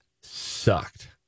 sucked